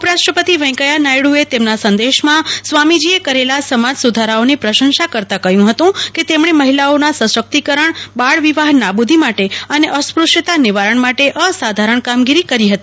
ઉપરાષ્ટ્રપતિ વેંકૈયા નાયડુએ તેમના સંદેશમાં સ્વામીજીએ કરેલા સમાજ સુધારાઓની પ્રંશસા કરતા કહ્યું હતું કે તેમણે મહિલાઓના સશક્તિકરણ બાળ વિવાહ નાબૂદી માટે અને અસ્પૃશ્યતા નિવારણ માટે અસાધારણ કામગીરી કરી હતી